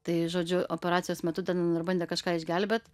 tai žodžiu operacijos metu ten dar bandė kažką išgelbėt